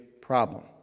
problem